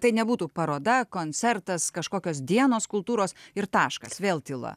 tai nebūtų paroda koncertas kažkokios dienos kultūros ir taškas vėl tyla